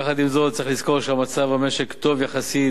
יחד עם זאת צריך לזכור שהמצב במשק טוב יחסית.